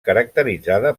caracteritzada